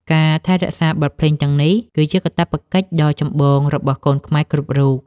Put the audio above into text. ការថែរក្សាបទភ្លេងទាំងនេះ គឺជាកាតព្វកិច្ចដ៏ចម្បងរបស់កូនខ្មែរគ្រប់រូប។